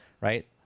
right